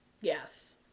Yes